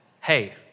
Hey